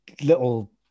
little